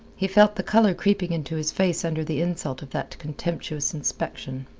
he felt the colour creeping into his face under the insult of that contemptuous inspection.